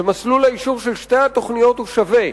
ומסלול האישור של שתי התוכניות הוא שווה.